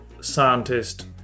scientist